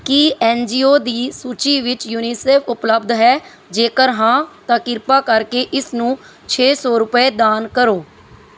ਕੀ N G O ਦੀ ਸੂਚੀ ਵਿੱਚ ਯੂਨੀਸੇਫ ਉਪਲੱਬਧ ਹੈ ਜੇਕਰ ਹਾਂ ਤਾਂ ਕਿਰਪਾ ਕਰਕੇ ਇਸ ਨੂੰ ਛੇ ਸੌ ਰੁਪਏ ਦਾਨ ਕਰੋ